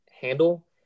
handle